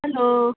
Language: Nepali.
हेलो